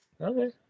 okay